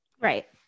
Right